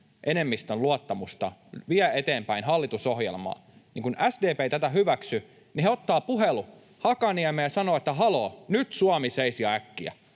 enemmistön luottamusta vie eteenpäin hallitusohjelmaa. Kun SDP ei tätä hyväksy, he ottavat puhelun Hakaniemeen ja sanovat, että haloo, nyt Suomi seis ja äkkiä,